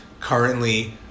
currently